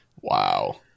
wow